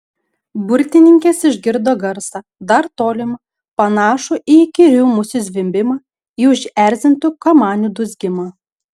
burtininkės išgirdo garsą dar tolimą panašų į įkyrių musių zvimbimą į užerzintų kamanių dūzgimą